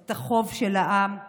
את החוב של העם לפצועים,